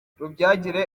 rubyagira